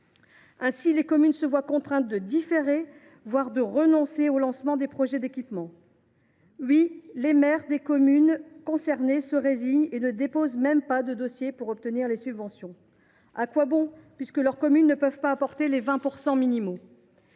Ainsi, les communes se voient contraintes de différer, voire de renoncer au lancement des projets d’équipement. Oui, les maires des communes concernées se résignent et ne déposent même pas de dossier pour obtenir les subventions. À quoi bon, puisque leurs communes ne peuvent pas apporter les 20 % minimaux ?